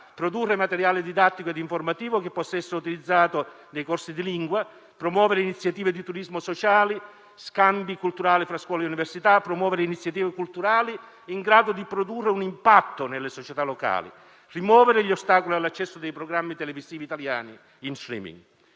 produrre materiale didattico e informativo che possa essere utilizzato nei corsi di lingua; promuovere iniziative di turismo sociale, gli scambi culturali tra scuola e università; promuovere iniziative culturali in grado di produrre un impatto nelle società locali e rimuovere gli ostacoli all'accesso dei programmi televisivi italiani in *streaming*.